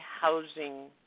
housing